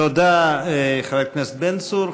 תודה לחבר הכנסת בן צור.